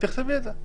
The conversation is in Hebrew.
את זה.